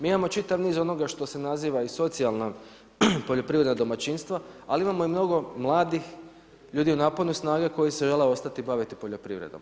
Mi imamo čitav niz onoga što se naziva i socijalna poljoprivredno domaćinstvo, ali imamo i mnogo mladih ljudi u naponu snagu, koji se žele ostati baviti poljoprivredom.